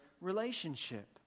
relationship